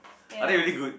are they really good